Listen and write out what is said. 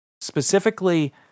Specifically